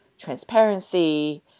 transparency